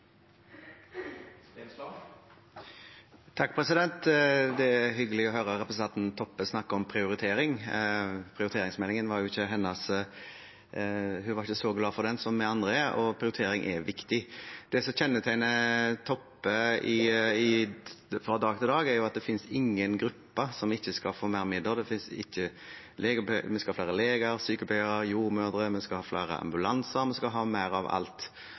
hyggelig å høre representanten Toppe snakke om prioritering – hun var ikke så glad for prioriteringsmeldingen som vi andre er, og prioritering er viktig. Det som kjennetegner Toppe fra dag til dag, er at det finnes ingen grupper som ikke skal få mer midler: Vi skal ha flere leger, sykepleiere, jordmødre, vi skal ha flere ambulanser, vi skal ha mer av alt.